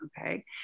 Okay